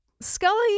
Scully